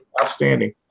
Outstanding